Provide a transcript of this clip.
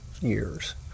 years